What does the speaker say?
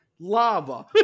lava